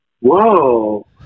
whoa